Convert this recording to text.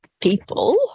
people